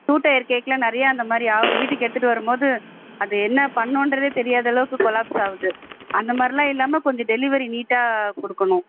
two tier கேக்கில் நிறைய அந்த மாதிரி ஆகுது வீட்டுக்கு எடுத்துகிட்டு வரும் போது அது என்ன பண்ணிணோன்றதே தெரியாத அளவுக்கு கொலாப்ஸ் ஆகுது அந்த மாதிரிலாம் இல்லாமல் கொஞ்சம் டெலிவரி நீட்டாக கொடுக்கணும்